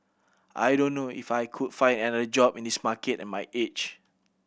I don't know if I could find another job in this market at my age